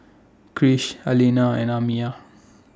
Krish Alina and Amiah